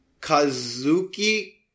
Kazuki